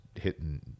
hitting